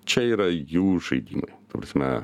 čia yra jų žaidimai ta prasme